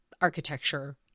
architecture